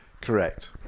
correct